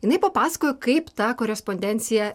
jinai papasakojo kaip ta korespondencija